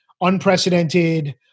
unprecedented